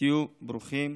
תהיו ברוכים,